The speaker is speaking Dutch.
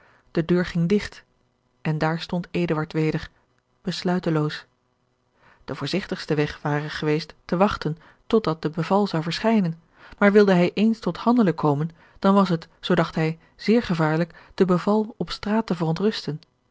de deur ging digt en daar stond eduard weder besluiteloos de voorzigtigste weg ware geweest te wachten tot dat de beval zou verschijnen maar wilde hij ééns tot handelen komen dan was het zoo dacht hij zeer gevaarlijk de beval op straat te verontrusten